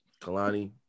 Kalani